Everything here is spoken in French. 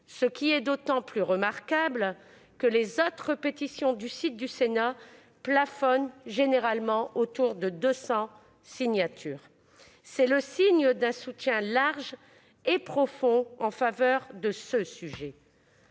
C'est d'autant plus remarquable que les autres pétitions du site du Sénat plafonnent généralement autour de 200 signatures. C'est bien le signe d'un soutien large et profond en faveur de ce sujet.